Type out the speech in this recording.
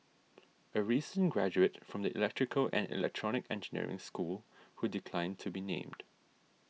a recent graduate from the electrical and electronic engineering school who declined to be named